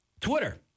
Twitter